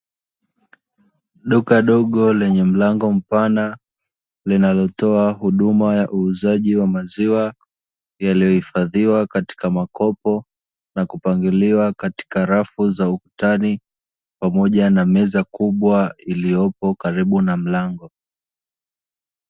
Duka dogo lenye mlango mpana linalotoa huduma ya uuzaji wa maziwa yaliyohifadhiwa katika makopo na kupangiliwa katika rafu za ukutani, pamoja na meza kubwa iliyopo karibu na mlango.